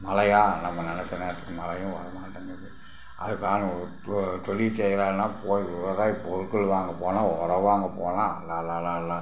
மழையா நம்ம நெனைச்ச நேரத்துக்கு மழையும் வர மாட்டேங்கிது அதுக்காக ஒரு தொ தொழில் செய்யலான்னால் போய் உரம் பொருட்கள் வாங்க போனால் உரம் வாங்கப் போனால் அடடடடடா